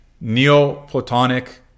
Neoplatonic